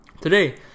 today